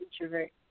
introvert